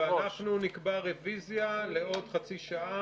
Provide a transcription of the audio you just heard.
ואנחנו נקבע רביזיה לעוד חצי שעה.